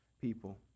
people